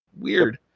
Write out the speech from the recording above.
Weird